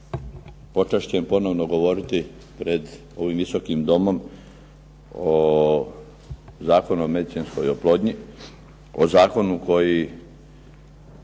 počašćen ponovno govoriti pred ovim Visokim domom o Zakonu o medicinskoj oplodnji. O zakonu koji,